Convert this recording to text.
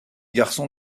garçon